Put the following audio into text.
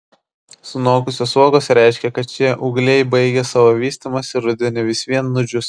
sunokusios uogos reiškia kad šie ūgliai baigė savo vystymąsi ir rudenį vis vien nudžius